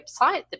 website